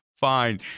fine